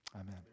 Amen